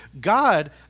God